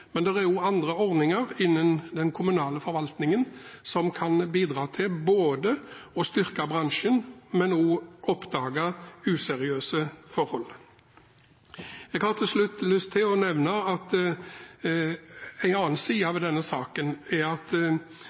Men det er også andre ordninger innen den kommunale forvaltningen som kan bidra til å styrke bransjen, og også til å oppdage useriøse forhold. Jeg har til slutt lyst til å nevne at en annen side ved denne saken er at